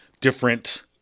different